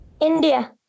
India